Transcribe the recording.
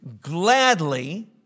gladly